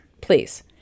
please